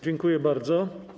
Dziękuję bardzo.